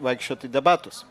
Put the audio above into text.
vaikščiot į debatus